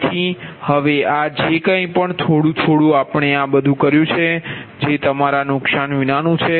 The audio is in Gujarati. તેથી હવે આ જે કંઇ પણ થોડું થોડું આપણે આ બધું કર્યું છે જે તમારા નુકસાન વિનાનુ છે